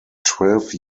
twelve